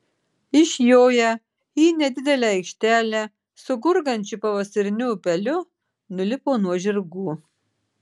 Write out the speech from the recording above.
išjoję į nedidelę aikštelę su gurgančiu pavasariniu upeliu nulipo nuo žirgų